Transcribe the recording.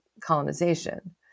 colonization